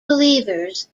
believers